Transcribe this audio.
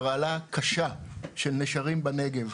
הרעלה קשה של נשרים בנגב.